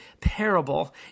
parable